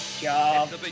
job